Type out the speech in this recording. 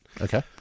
Okay